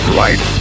right